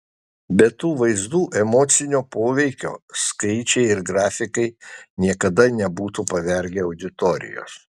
be tų vaizdų emocinio poveikio skaičiai ir grafikai niekada nebūtų pavergę auditorijos